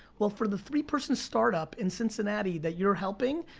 well for the three-person startup in cincinnati that you're helping,